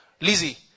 lizzie